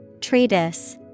Treatise